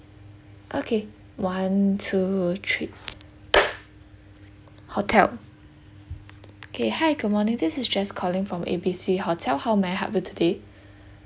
okay one two three hotel okay hi good morning this is jess calling from A B C hotel how may I help you today